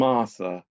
Martha